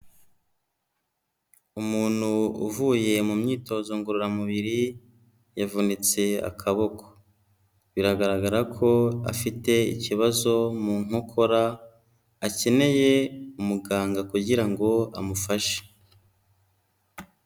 Umuntu uvuye mu myitozo ngororamubiri yavunitse akaboko, biragaragara ko afite ikibazo mu nkokora akeneye umuganga kugira ngo amufashe.